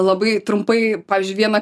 labai trumpai pavyzdžiui vieną